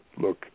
look